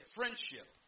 friendship